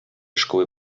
szkoły